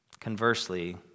conversely